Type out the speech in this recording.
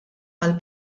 għal